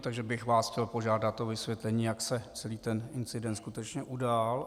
Takže bych vás chtěl požádat o vysvětlení, jak se celý ten incident skutečně udál.